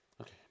Okay